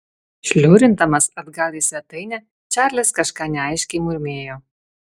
šliurindamas atgal į svetainę čarlis kažką neaiškiai murmėjo